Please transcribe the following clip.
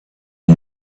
and